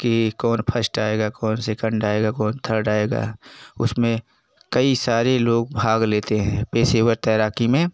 कि कौन फस्ट आएगा कौन सेकंड आएगा कौन थर्ड आएगा उसमें कई सारे लोग भाग लेते हैं पेशेवर तैराकी में